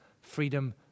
freedom